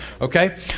okay